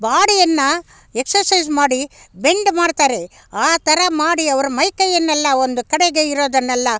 ಬಾಡಿಯನ್ನು exercise ಮಾಡಿ bend ಮಾಡ್ತಾರೆ ಆ ಥರ ಮಾಡಿ ಅವ್ರ ಮೈಕೈಯನ್ನೆಲ್ಲ ಒಂದು ಕಡೆಗೆ ಇರೋದನ್ನೆಲ್ಲ